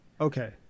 Okay